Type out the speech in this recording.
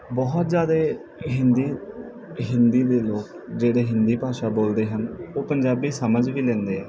ਬਹੁਤ ਜ਼ਿਆਦਾ ਹਿੰਦੀ ਹਿੰਦੀ ਦੇ ਲੋਕ ਜਿਹੜੇ ਹਿੰਦੀ ਭਾਸ਼ਾ ਬੋਲਦੇ ਹਨ ਉਹ ਪੰਜਾਬੀ ਸਮਝ ਵੀ ਲੈਂਦੇ